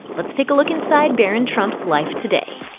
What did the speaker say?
let's take a look inside barron trump's life today.